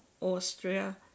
Austria